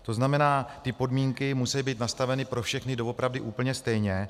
To znamená, ty podmínky musejí být nastaveny pro všechny doopravdy úplně stejně.